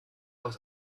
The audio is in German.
aus